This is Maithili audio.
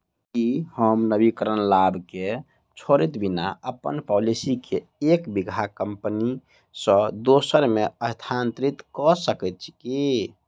की हम नवीनीकरण लाभ केँ छोड़इत बिना अप्पन पॉलिसी केँ एक बीमा कंपनी सँ दोसर मे स्थानांतरित कऽ सकैत छी की?